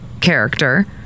character